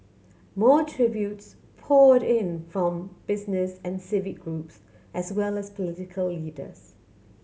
more tributes poured in from business and civic groups as well as political leaders